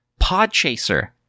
Podchaser